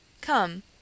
Come